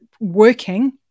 working